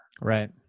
Right